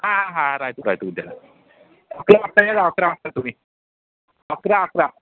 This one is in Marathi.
हां हां राहतो राहतो उद्या अकरा वाजता या अकरा वाजता तुम्ही अकरा अकरा